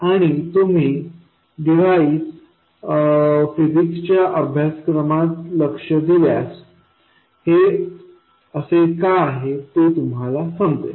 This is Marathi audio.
आणि तुम्ही डिव्हाइस फिजिक्स च्या अभ्यासक्रमात लक्ष दिल्यास हे असे का आहे हे तुम्हाला समजेल